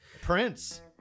prince